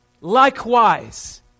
likewise